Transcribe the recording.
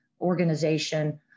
organization